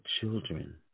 children